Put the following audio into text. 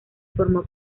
formó